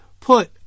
put